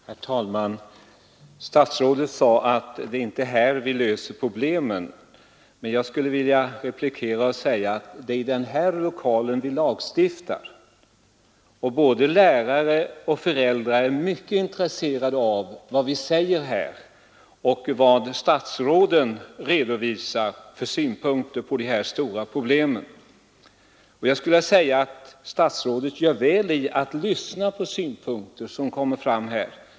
Herr talman! Statsrådet sade att det inte är här vi löser problemen. Men jag skulle vilja replikera att det är i den här lokalen vi lagstiftar. Både lärare och föräldrar är mycket intresserade av vad vi säger här och vilka synpunkter statsråden redovisar på dessa stora problem. Statsrådet gör klokt i att lyssna på synpunkter som kommer fram här.